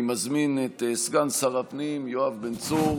אני מזמין את סגן שר הפנים יואב בן צור